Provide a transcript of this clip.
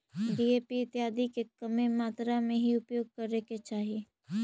DAP इत्यादि के कमे मात्रा में ही उपयोग करे के चाहि